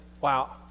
Wow